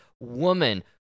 woman